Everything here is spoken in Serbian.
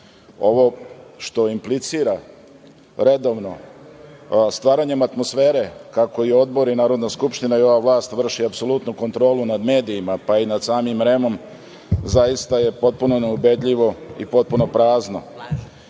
što implicira redovno stvaranjem atmosfere kako i odbori, Narodna skupština i ova vlast vrši apsolutnu kontrolu nad medijima, pa i nad samim REM zaista je potpuno neubedljivo i potpuno prazno. Ja